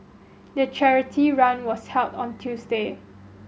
the charity run was held on Tuesday